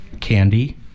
Candy